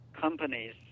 companies